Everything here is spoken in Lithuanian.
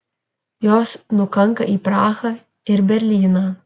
jos nukanka į prahą ir berlyną